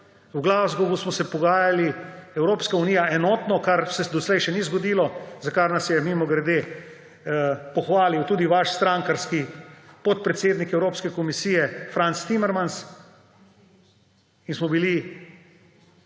V Glasgowu smo se pogajali, Evropska unija, enotno, kar se doslej še ni zgodilo, za kar nas je, mimogrede, pohvalil tudi vaš strankarski podpredsednik Evropske komisije Frans Timmermans in smo bili